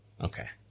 Okay